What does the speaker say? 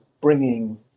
bringing